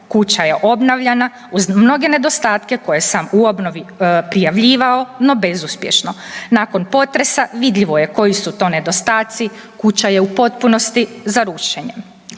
Kuća je obnavljana uz mnoge nedostatke koje sam u obnovi prijavljivao no bezuspješno. Nakon potresa vidljivo je koji su to nedostaci, kuća je u potpunosti za rušenje.“